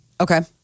Okay